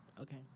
Okay